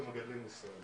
ומגדלים ישראלים.